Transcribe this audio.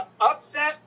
upset